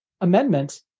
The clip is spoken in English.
amendment